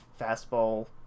fastball